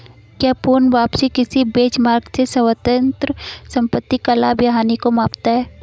क्या पूर्ण वापसी किसी बेंचमार्क से स्वतंत्र संपत्ति के लाभ या हानि को मापता है?